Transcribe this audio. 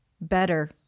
better